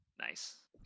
Nice